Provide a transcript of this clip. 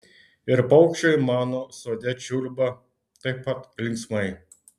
ir paukščiai mano sode čiulba taip pat linksmai